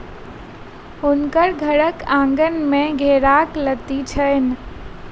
हुनकर घरक आँगन में घेराक लत्ती छैन